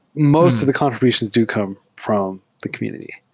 most of the contr ibutions do come from the community.